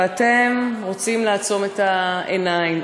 ואתם רוצים לעצום את העיניים,